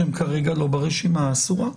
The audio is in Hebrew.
כרגע הן לא ברשימה האסורה.